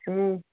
ꯎꯝ